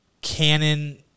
canon